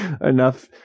enough